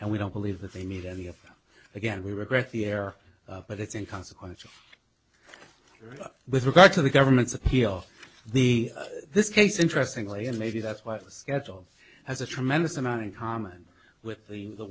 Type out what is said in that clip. and we don't believe that they need any of again we regret the error but it's in consequence of with regard to the government's appeal the this case interestingly and maybe that's why the schedule has a tremendous amount in common with the